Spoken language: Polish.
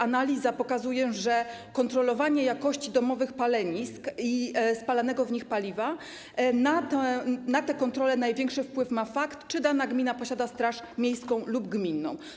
Analiza pokazuje, jeżeli chodzi o kontrolowanie jakości domowych palenisk i spalanego w nich paliwa, że na tę kontrolę największy wpływ ma fakt, czy dana gmina posiada straż miejską lub gminną.